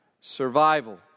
survival